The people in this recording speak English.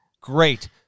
great